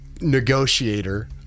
negotiator